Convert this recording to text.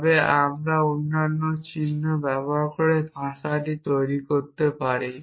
তবে আমরা অন্যান্য চিহ্ন ব্যবহার করে ভাষা তৈরি করতে পারি